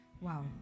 Wow